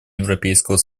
европейского